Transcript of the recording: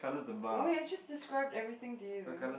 wait I just described everything to you though